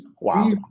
Wow